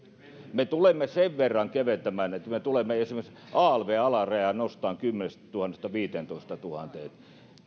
me tulemme sen verran keventämään että me tulemme esimerkiksi alv alarajaa nostamaan kymmenestätuhannesta viiteentoistatuhanteen